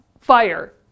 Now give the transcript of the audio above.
fire